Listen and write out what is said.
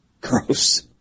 gross